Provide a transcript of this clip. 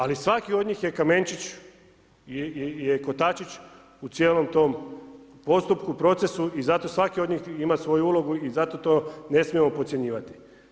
Ali svaki od njih je kamenčić, je kotačić u cijelom to postupku, procesu, i zato svaki od njih ima svoju ulogu i zato to ne smijemo podcjenjivati.